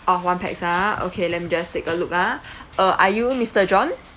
oh one pax ah okay let me just take a look ah uh are you mister john